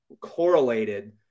correlated